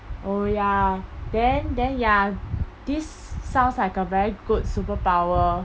oh ya then then ya this sounds like a very good superpower